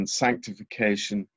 sanctification